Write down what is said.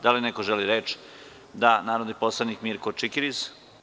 Da li neko želi reč? (Da.) Narodni poslanik Mirko Čikiriz.